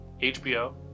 HBO